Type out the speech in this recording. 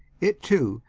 it too,